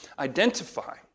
Identify